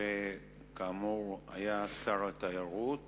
שכאמור היה שר התיירות